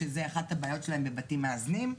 שזו אחת הבעיות שלהם בבתים מאזנים.